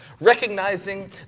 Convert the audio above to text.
Recognizing